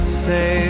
say